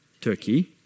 Turkey